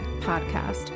podcast